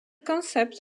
concept